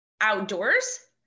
outdoors